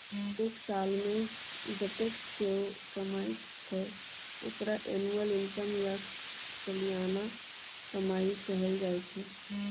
एक सालमे जतेक केओ कमाइ छै ओकरा एनुअल इनकम या सलियाना कमाई कहल जाइ छै